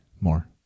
More